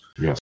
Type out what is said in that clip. Yes